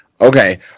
Okay